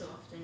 that